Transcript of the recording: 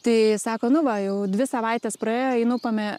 tai sako nu va jau dvi savaitės praėjo einu pamė